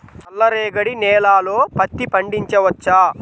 నల్ల రేగడి నేలలో పత్తి పండించవచ్చా?